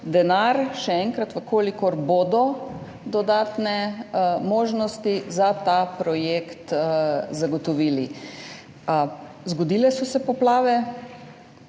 denar, še enkrat, v kolikor bodo dodatne možnosti za ta projekt, zagotovili. Zgodile so se poplave.